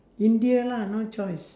india lah no choice